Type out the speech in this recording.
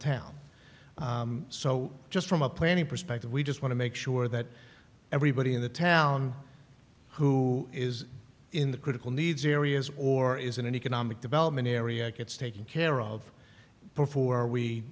town so just from a planning perspective we just want to make sure that everybody in the town who is in the critical needs areas or is in an economic development area gets taken care of befor